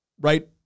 right